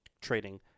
trading